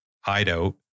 hideout